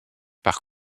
par